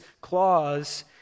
clause